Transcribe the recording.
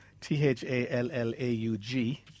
T-H-A-L-L-A-U-G